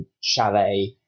chalet